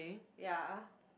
ya